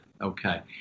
Okay